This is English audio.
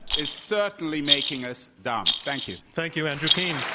is certainly making us dumb. thank you. thank you. andrew keen.